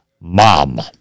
MOM